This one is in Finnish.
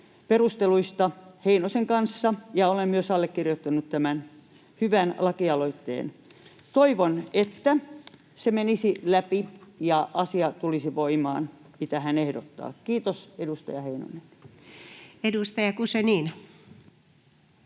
perusteluista Heinosen kanssa ja olen myös allekirjoittanut tämän hyvän lakialoitteen. Toivon, että se menisi läpi ja asia, mitä hän ehdottaa, tulisi voimaan. Kiitos, edustaja Heinonen! Edustaja Guzenina.